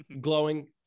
glowing